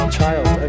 child